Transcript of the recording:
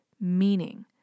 meaning